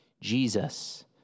Jesus